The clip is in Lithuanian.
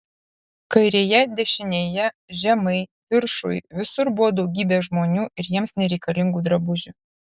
kairėje dešinėje žemai viršuj visur buvo daugybė žmonių ir jiems nereikalingų drabužių